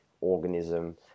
organism